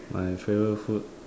my favourite food